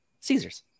Caesars